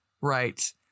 Right